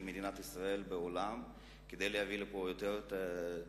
מדינת ישראל בעולם כדי להביא לפה יותר תיירים.